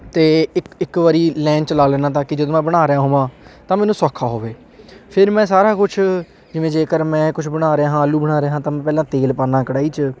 ਅਤੇ ਇੱਕ ਇੱਕ ਵਾਰੀ ਲਾਈਨ 'ਚ ਲਾ ਲੈਂਦਾ ਤਾਂ ਕਿ ਜਦੋਂ ਮੈਂ ਬਣਾ ਰਿਹਾ ਹੋਵਾਂ ਤਾਂ ਮੈਨੂੰ ਸੌਖਾ ਹੋਵੇ ਫਿਰ ਮੈਂ ਸਾਰਾ ਕੁਛ ਜਿਵੇਂ ਜੇਕਰ ਮੈਂ ਕੁਛ ਬਣਾ ਰਿਹਾ ਹਾਂ ਆਲੂ ਬਣਾ ਰਿਹਾ ਹਾਂ ਤਾਂ ਮੈਂ ਪਹਿਲਾਂ ਤੇਲ ਪਾਨਾ ਕੜਾਹੀ 'ਚ